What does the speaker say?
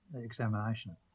examination